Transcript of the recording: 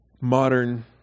modern